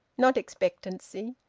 not expectancy.